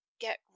get